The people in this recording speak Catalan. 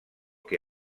que